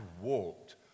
walked